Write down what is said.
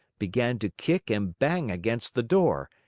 began to kick and bang against the door,